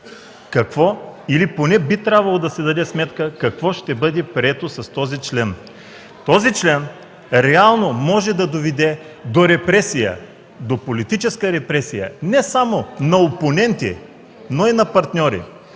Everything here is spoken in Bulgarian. какво или поне би трябвало да си даде сметка какво ще бъде прието с този член. Този член реално може да доведе до репресия, до политическа репресия не само на опоненти, но и на партньори.